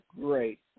great